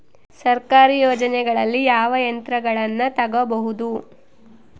ಸರ್ಕಾರಿ ಯೋಜನೆಗಳಲ್ಲಿ ಯಾವ ಯಂತ್ರಗಳನ್ನ ತಗಬಹುದು?